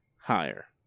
higher